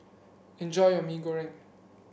enjoy your Mee Goreng